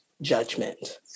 Judgment